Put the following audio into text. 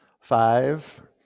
Five